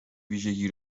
ویژگی